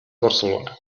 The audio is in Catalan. barcelona